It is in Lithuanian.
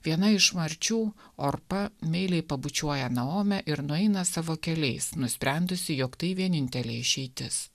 viena iš marčių orpa meiliai pabučiuoja naomę ir nueina savo keliais nusprendusi jog tai vienintelė išeitis